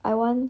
I want